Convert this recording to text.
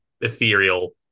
ethereal